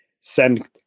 send